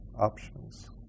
options